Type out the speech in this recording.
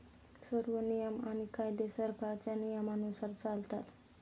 सर्व नियम आणि कायदे सरकारच्या नियमानुसार चालतात